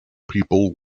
people